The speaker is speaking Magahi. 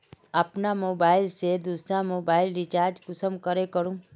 अपना मोबाईल से दुसरा मोबाईल रिचार्ज कुंसम करे करूम?